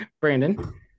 Brandon